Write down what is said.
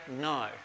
no